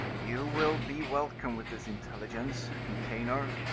you will be welcome with this intelligence, nicanor.